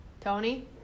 Tony